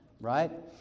Right